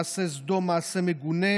מעשה סדום או מעשה מגונה,